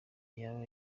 yaba